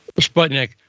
Sputnik